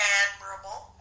admirable